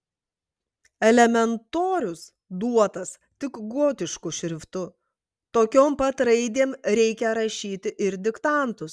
elementorius duotas tik gotišku šriftu tokiom pat raidėm reikia rašyti ir diktantus